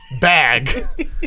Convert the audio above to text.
bag